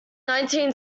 nineteen